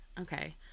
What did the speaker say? Okay